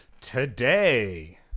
Today